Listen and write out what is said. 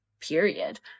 period